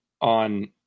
on